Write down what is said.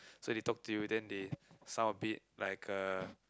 so they talk to you then they sound a bit like a